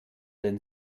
den